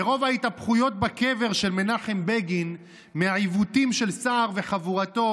מרוב ההתהפכויות בקבר של מנחם בגין מהעיוותים של סער וחבורתו,